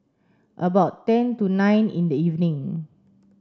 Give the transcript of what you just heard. about ten to nine in the evening